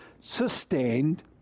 sustained